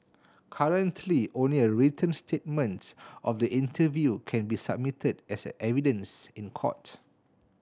currently only a written statement of the interview can be submitted as a evidence in court